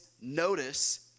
notice